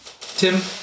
Tim